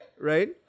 right